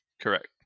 Correct